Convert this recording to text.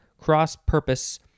cross-purpose